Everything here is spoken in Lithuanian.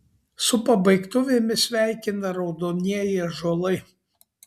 su pabaigtuvėmis sveikina raudonieji ąžuolai